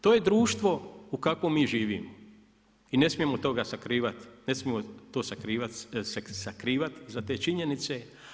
To je društvo u kakvom mi živimo i ne smijemo toga sakrivati, ne smijemo to sakrivati za te činjenice.